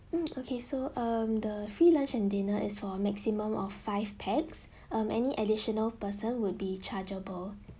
hmm okay so um the free lunch and dinner is for a maximum of five pax um any additional person would be chargeable